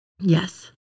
Yes